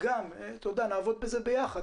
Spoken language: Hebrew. נעבוד בזה ביחד.